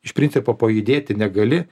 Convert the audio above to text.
iš principo pajudėti negali